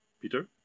Peter